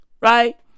right